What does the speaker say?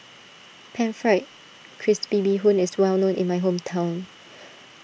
Pan Fried Crispy Bee Hoon is well known in my hometown